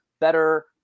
better